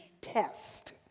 test